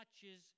touches